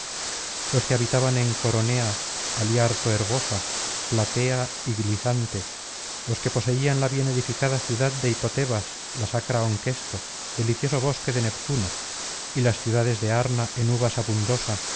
los que habitaban en coronea haliarto herbosa platea y clisante los que poseían la bien edificada ciudad de hipotebas la sacra onquesto delicioso bosque de neptuno y las ciudades de arna en uvas